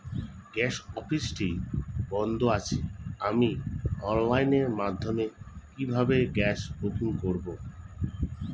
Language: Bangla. গ্যাস অফিসটি বন্ধ আছে আমি অনলাইনের মাধ্যমে কিভাবে গ্যাস বুকিং করব?